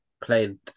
played